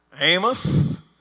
Amos